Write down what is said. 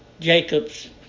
Jacob's